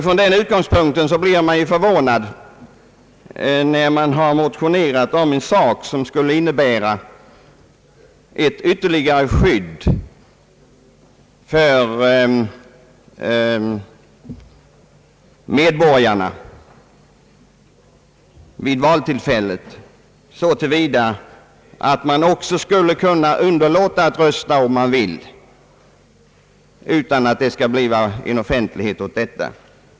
Från den utgångspunkten blir man förvånad över att utskottet yrkar avslag på en motion som innehåller ett förslag som, om något, skulle innebära ett ytterligare skydd för medborgarna vid valtillfällen, så till vida att man också, om man så vill, skulle kunna underlåta att rösta utan att det gavs offentlighet åt det.